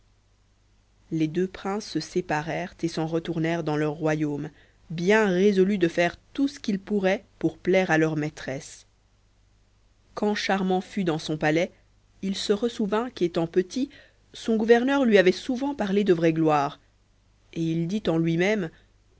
les deux princes se séparèrent et s'en retournèrent dans leurs royaumes bien résolus de faire tout ce qu'ils pourraient pour plaire à leur maîtresse quand charmant fut dans son palais il se ressouvint qu'étant petit son gouverneur lui avait souvent parlé de vraie gloire et il dit en lui-même